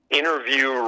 interview